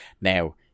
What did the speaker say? Now